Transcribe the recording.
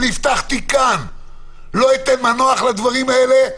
הבטחתי כאן שלא אתן מנוח לדברים האלה,